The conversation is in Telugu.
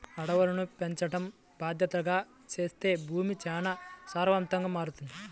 అడవులను పెంచడం బాద్దెతగా చేత్తే భూమి చానా సారవంతంగా మారతది